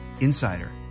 Insider